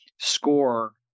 score